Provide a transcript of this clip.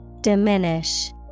Diminish